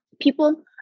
People